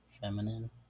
feminine